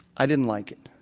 i didn't like it.